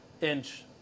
inch